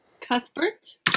Cuthbert